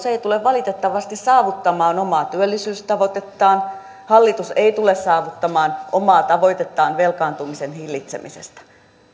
ei tule valitettavasti saavuttamaan omaa työllisyystavoitettaan hallitus ei tule saavuttamaan omaa tavoitettaan velkaantumisen hillitsemisestä